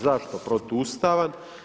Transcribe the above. Zašto protuustavan?